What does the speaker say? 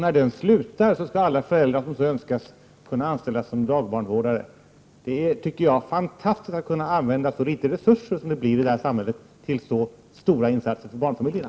När den slutar skall alla föräldrar som så önskar kunna anställas som dagbarnvårdare. Jag tycker att det är fantastiskt att kunna använda så litet resurser som det blir i det här samhället till så stora insatser för barnfamiljerna.